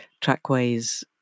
trackways